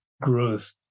growth